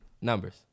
numbers